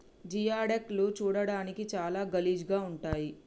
geoduck లు చూడడానికి చాలా గలీజ్ గా ఉంటయ్